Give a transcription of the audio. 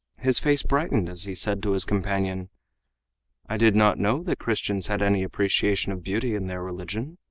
his face brightened as he said to his companion i did not know that christians had any appreciation of beauty in their religion.